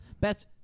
best